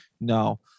No